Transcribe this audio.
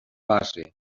base